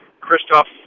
Christoph